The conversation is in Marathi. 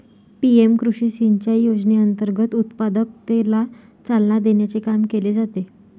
पी.एम कृषी सिंचाई योजनेअंतर्गत उत्पादकतेला चालना देण्याचे काम केले जाते